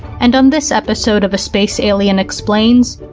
and on this episode of a space alien explains,